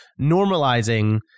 normalizing